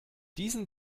diesen